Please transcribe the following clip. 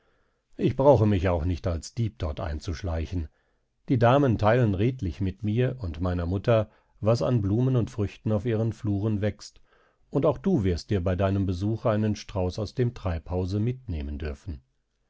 ich brauche mich auch nicht als dieb dort einzuschleichen die damen teilen redlich mit mir und meiner mutter was an blumen und früchten auf ihren fluren wächst und auch du wirst dir bei deinem besuche einen strauß aus dem treibhause mitnehmen dürfen